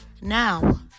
now